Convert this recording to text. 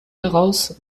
daraus